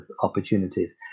opportunities